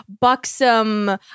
buxom